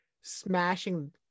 smashing